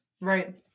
Right